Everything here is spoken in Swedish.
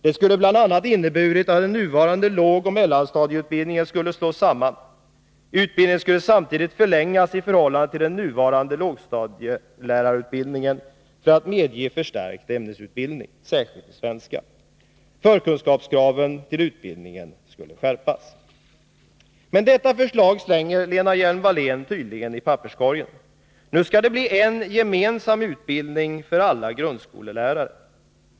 Det skulle bl.a. ha inneburit att den nuvarande lågoch mellanstadielärarutbildningen slagits samman. Utbildningen skulle samtidigt förlängas i förhållande till nuvarande lågstadielärarutbildning för att medge förstärkt ämnesutbildning, särskilt i svenska. Förkunskapskraven till utbildningen skulle skärpas. Men detta förslag slänger Lena Hjelm-Wallén tydligen i papperskorgen. Nu skall det bli en gemensam utbildning för alla grundskolelärare.